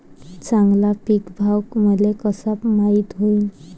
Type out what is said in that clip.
चांगला पीक भाव मले कसा माइत होईन?